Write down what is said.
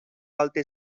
alte